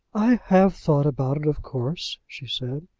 i have thought about it, of course, she said.